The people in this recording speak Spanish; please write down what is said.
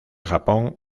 japón